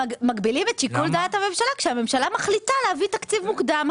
מגבילים את שיקול דעת הממשלה כשהממשלה מחליטה להביא תקציב מוקדם,